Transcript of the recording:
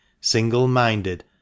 single-minded